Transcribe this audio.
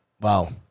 Wow